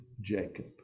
Jacob